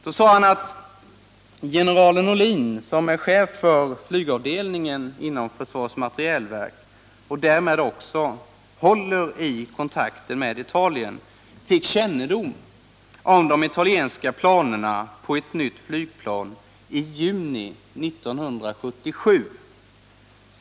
Han sade att generalen Olin, som är chef för flygavdelningen inom försvarets materielverk och därmed håller i kontakten med Italien, fick kännedom om de italienska planerna på ett nytt flygplan i juni 1977.